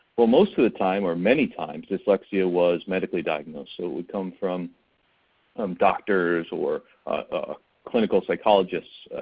well most of the time or many times dyslexia was medically diagnosed so it would come from um doctors or ah clinical psychologists,